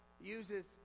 uses